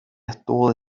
estuvo